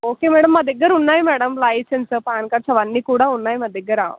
okay madam మా దగ్గర ఉన్నాయి మ్యాడం లైసెన్స్ పాన్ కార్డ్స్ అవన్నీ కూడా ఉన్నాయి మా దగ్గర